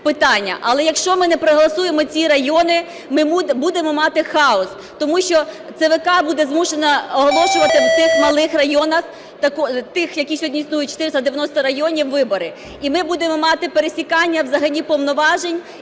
Але якщо ми не проголосуємо ці райони, ми будемо мати хаос, тому що ЦВК буде змушена оголошувати в тих малих районах, тих, які сьогодні існують, 490 районів, вибори. І ми будемо мати пересікання взагалі повноважень